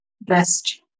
best